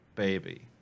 Baby